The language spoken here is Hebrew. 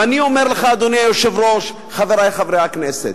ואני אומר לך, אדוני היושב-ראש, חברי חברי הכנסת: